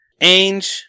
Ainge